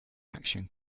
action